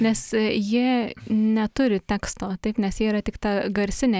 nes jie neturi teksto taip nes jie yra tik ta garsinė